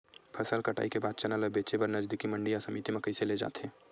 फसल कटाई के बाद चना ला बेचे बर नजदीकी मंडी या समिति मा कइसे ले जाथे?